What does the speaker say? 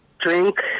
drink